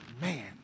man